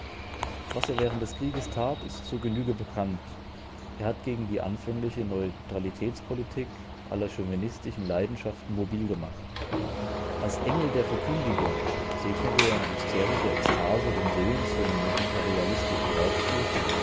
was er während des krieges tat ist zur genüge bekannt er hat gegen die anfängliche neutralitätspolitik alle chauvinistischen leidenschaften mobil gemacht als engel der verkündigung segnete er in hysterischer ekstase den willen zum imperialistischen raubzug